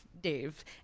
Dave